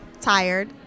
Tired